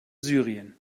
syrien